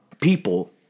people